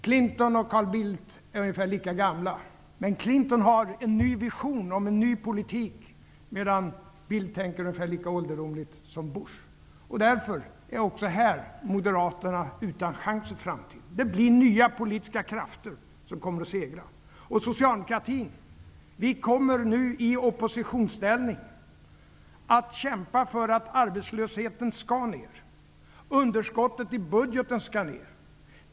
Clinton och Carl Bildt är ungefär lika gamla. Men Clinton har en vision om en ny politik, medan Bildt tänker ungefär lika ålderdomligt som Bush. Därför är Moderaterna också här utan chans i framtiden. Det blir nya politiska krafter som kommer att segra. Socialdemokratin kommer nu i oppositionsställning att kämpa för att arbetslösheten skall ned. Underskottet i budgeten skall ned.